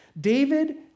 David